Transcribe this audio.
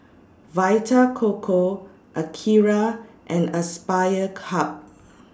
Vita Coco Akira and Aspire Hub